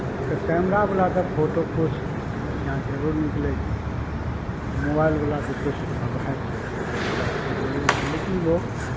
तऽ कैमरा बला तऽ फोटो किछु बढ़िऑं जरूर निकलै छै मोबाइल बला तऽ किछु दै छै ई बात तऽ जरूर छै लेकिन लोक